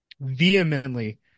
vehemently